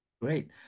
Great